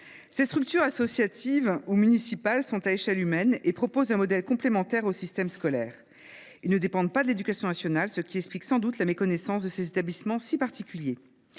Ces structures associatives ou municipales sont à échelle humaine et proposent un modèle complémentaire de celui du système scolaire. Ils ne dépendent pas du ministère de l’éducation nationale, ce qui explique sans doute sa méconnaissance de ces établissements si particuliers.